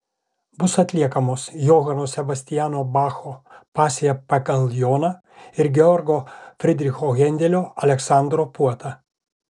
bus atliekamos johano sebastiano bacho pasija pagal joną ir georgo fridricho hendelio aleksandro puota